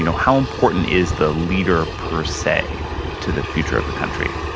you know how important is the leader per se to the future of the country?